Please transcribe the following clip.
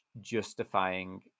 justifying